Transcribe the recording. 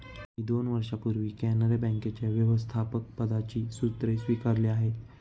मी दोन वर्षांपूर्वी कॅनरा बँकेच्या व्यवस्थापकपदाची सूत्रे स्वीकारली आहेत